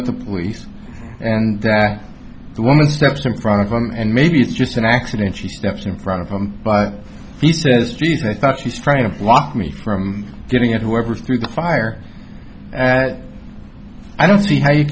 at the police and that the woman stepped in front of them and maybe it's just an accident she stepped in front of him but he says i thought she's trying to block me from getting out whoever's through the fire i don't see how you